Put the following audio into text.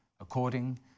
according